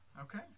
Okay